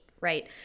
right